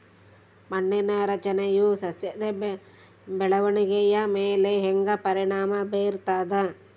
ಮಣ್ಣಿನ ರಚನೆಯು ಸಸ್ಯದ ಬೆಳವಣಿಗೆಯ ಮೇಲೆ ಹೆಂಗ ಪರಿಣಾಮ ಬೇರ್ತದ?